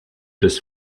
des